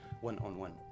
one-on-one